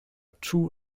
two